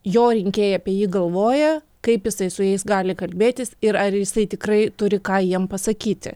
jo rinkėjai apie jį galvoja kaip jisai su jais gali kalbėtis ir ar jisai tikrai turi ką jiem pasakyti